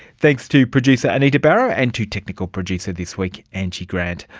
thanks to producer anita barraud and to technical producer this week angie grant.